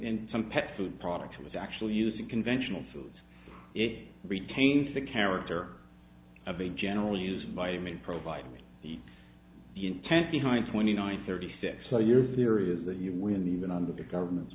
in some pet food products it was actually using conventional foods it retains the character of a general use vitamin provided the the intent behind twenty nine thirty six so your theory is that you were in the even under the government's